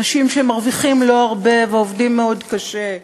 אנשים שמרוויחים לא הרבה ועובדים מאוד קשה,